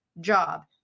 job